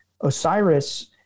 Osiris